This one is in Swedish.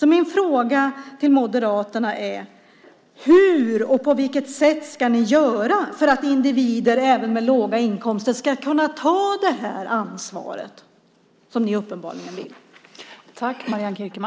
Min fråga till Moderaterna är: Hur och på vilket sätt ska ni göra för att även individer med låga inkomster ska kunna ta det ansvar som ni uppenbarligen vill att de ska ta?